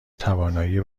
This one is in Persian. توانایی